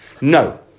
No